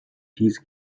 these